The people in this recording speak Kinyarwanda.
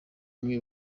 bamwe